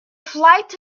flight